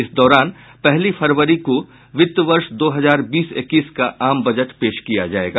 इस दौरान पहली फरवरी को वित्त वर्ष दो हजार बीस इक्कीस का आम बजट पेश किया जायेगा